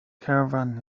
caravan